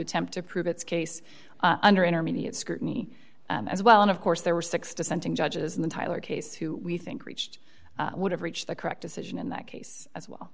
attempt to prove its case under intermediate scrutiny as well and of course there were six dissenting judges in the tyler case who we think reached would have reached the correct decision in that case as well